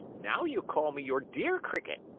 now you call me your dear cricket,